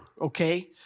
Okay